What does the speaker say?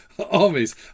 Armies